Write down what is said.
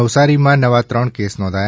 નવસારીમાં નવા ત્રણ કેસ નોંધાયા